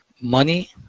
money